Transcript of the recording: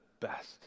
best